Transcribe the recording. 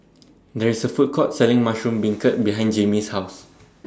There IS A Food Court Selling Mushroom Beancurd behind Jaimee's House